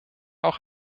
auch